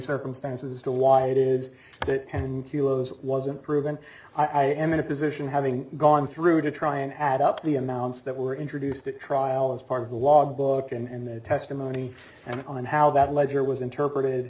circumstances to why it is it wasn't proven i am in a position having gone through to try and add up the amounts that were introduced at trial as part of the log book and the testimony and on how that ledger was interpreted